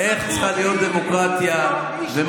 איך צריכה להיות דמוקרטיה ומה